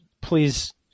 please